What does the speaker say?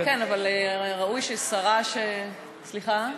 כן, אבל ראוי ששרה, סליחה?